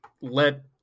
Let